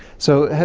so,